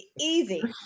easy